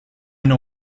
know